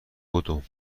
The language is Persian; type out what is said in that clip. بدو